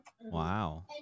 Wow